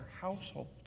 household